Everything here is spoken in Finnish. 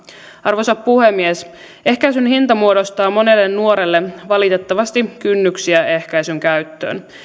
arvoisa puhemies ehkäisyn hinta muodostaa monelle nuorelle valitettavasti kynnyksiä ehkäisyn käyttöön